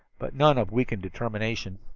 but none of weakened determination.